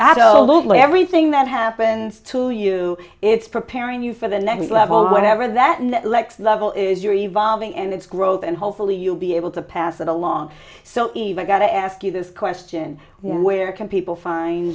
at everything that happens to you it's preparing you for the next level whatever that lex level is you're evolving in its growth and hopefully you'll be able to pass it along so even got to ask you this question where can people find